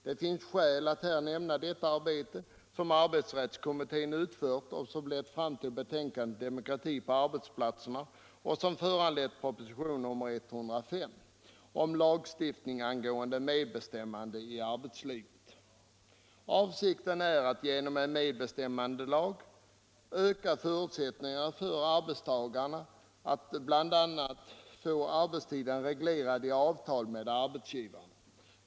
Det finns skäl att här nämna detta arbete som arbetsrättskommittén utfört och som lett fram till betänkandet Demokrati på arbetsplatsen och föranlett proposition nr 105 om lagstiftning angående medbestämmande i arbetslivet. Avsikten är att genom en medbestämmandelag öka förutsättningarna för arbetstagarna att bl.a. få arbetstiden reglerad i avtal med arbetsgivaren.